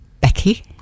Becky